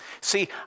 See